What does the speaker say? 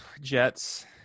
Jets